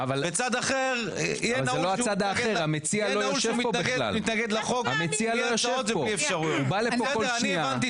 וצד אחר יהיה נעול שהוא מתנגד לחוק בלי הרשאות ובלי אפשרויות.